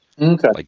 Okay